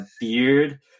beard